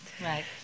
Right